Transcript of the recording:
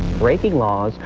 breaking laws,